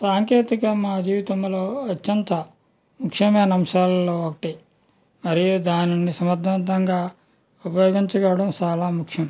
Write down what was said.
సాంకేతికత మా జీవితంలో అత్యంత ముఖ్యమైన అంశాలలో ఒకటి మరియు దానిని సమర్దవంతంగా ఉపయోగించుకోవడం చాలా ముఖ్యం